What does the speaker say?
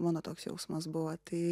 mano toks jausmas buvo tai